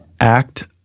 act